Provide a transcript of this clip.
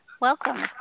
Welcome